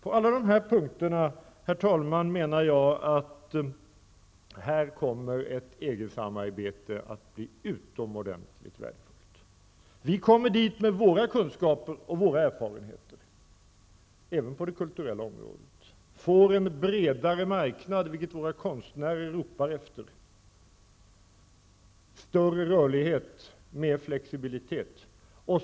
På alla dessa punkter, herr talman, menar jag att EG-samarbetet kommer att bli oerhört värdefullt. Vi kommer dit med våra kunskaper och erfarenheter, även på det kulturella området, och får den bredare marknad som våra konstnärer ropar efter, större rörlighet, mer flexibilitet.